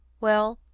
well,